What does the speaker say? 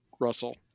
Russell